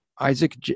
Isaac